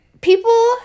people